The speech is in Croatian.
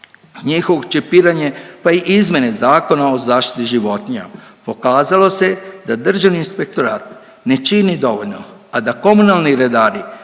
njihovo čepiranje, pa i izmjene Zakona o zaštiti životinja, pokazalo se da Državni inspektorat ne čini dovoljno, a da komunalni redari